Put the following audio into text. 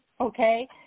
okay